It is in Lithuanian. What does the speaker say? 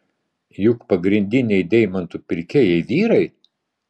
juk pagrindiniai deimantų pirkėjai vyrai